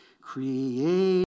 Create